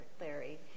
Larry